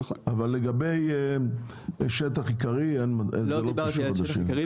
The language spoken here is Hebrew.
לגבי שטח עיקרי --- לא דיברתי על שטח עיקרי.